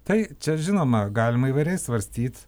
tai čia žinoma galima įvairiai svarstyt